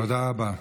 תודה רבה.